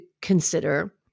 consider